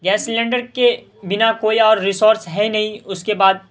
gas cylinder کے بنا کوئی اور رسورس ہے نہیں اس کے بعد